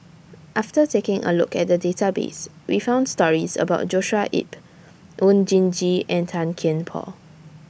after taking A Look At The Database We found stories about Joshua Ip Oon Jin Gee and Tan Kian Por